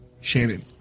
Shannon